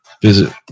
Visit